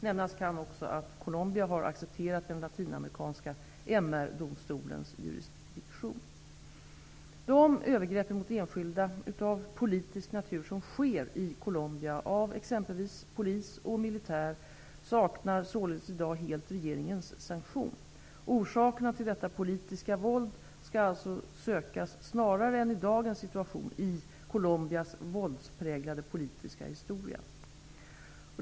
Nämnas kan också att Colombia har accepterat den latinamerikanska MR-domstolens jurisdiktion. De övergrepp av politisk natur mot enskilda som sker i Colombia av exempelvis polis och militär saknar således i dag helt regeringens sanktion. Orsakerna till detta politiska våld skall alltså snarare sökas i Colombias våldspräglade politiska historia än i dagens situation.